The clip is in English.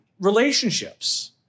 relationships